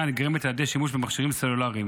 הנגרמת על ידי שימוש במכשירים סלולריים